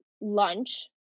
lunch